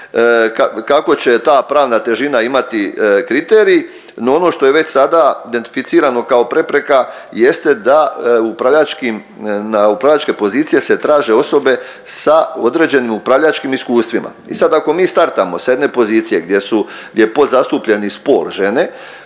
kako će ta pravna težina imati kriterij. No, ono što je već sada identificirano kao prepreka jeste da na upravljačke pozicije se traže osobe sa određenim upravljačkim iskustvima. I sad ako mi startamo sa jedne pozicije gdje su, gdje je podzastupljeni spol žene